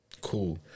Cool